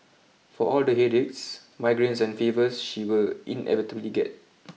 for all the headaches migraines and fevers she will inevitably get